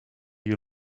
you